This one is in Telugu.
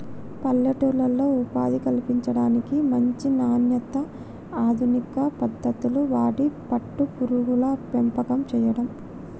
పల్లెటూర్లలో ఉపాధి కల్పించడానికి, మంచి నాణ్యత, అధునిక పద్దతులు వాడి పట్టు పురుగుల పెంపకం చేయడం